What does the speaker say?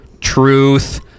Truth